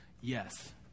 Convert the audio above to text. Yes